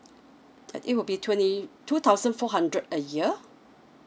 but it will be twenty two thousand four hundred a year